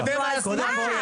אז מה?